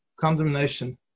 condemnation